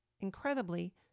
incredibly